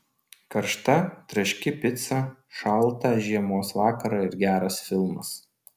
karšta traški pica šaltą žiemos vakarą ir geras filmas